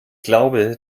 glaube